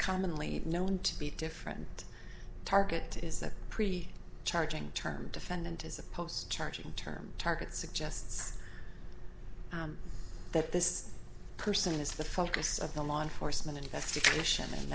commonly known to be different target is a pretty charging term defendant as opposed charging term target suggests that this person is the focus of the law enforcement investigation and